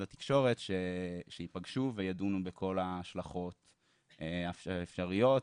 התקשורת שייפגשו וידונו בכל ההשלכות האפשריות,